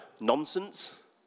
Nonsense